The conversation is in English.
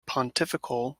pontifical